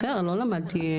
בסדר, אני לא למדתי,